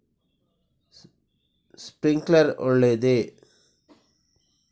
Sprinkler ಒಳ್ಳೇದೇ?